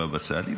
הבבא סאלי,